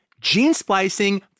gene-splicing